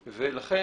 ולכן,